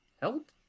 help